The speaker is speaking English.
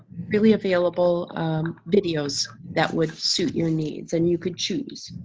really available videos that would suit your needs and you could choose.